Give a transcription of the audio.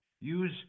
Use